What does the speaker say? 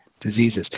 diseases